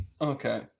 okay